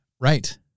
Right